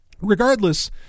regardless